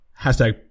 Hashtag